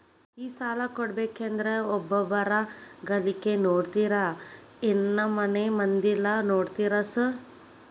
ಈ ಸಾಲ ಕೊಡ್ಬೇಕಂದ್ರೆ ಒಬ್ರದ ಗಳಿಕೆ ನೋಡ್ತೇರಾ ಏನ್ ಮನೆ ಮಂದಿದೆಲ್ಲ ನೋಡ್ತೇರಾ ಸಾರ್?